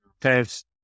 test